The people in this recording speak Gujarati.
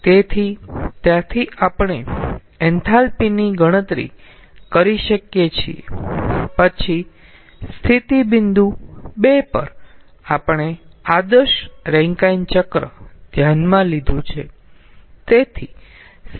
તેથી ત્યાંથી આપણે એન્થાલ્પી ની ગણતરી કરી શકીએ છીએ પછી સ્થિતિ બિંદુ 2 પર આપણે આદર્શ રેન્કાઇન ચક્ર ધ્યાનમાં લીધું છે